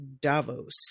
Davos